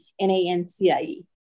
N-A-N-C-I-E